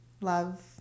Love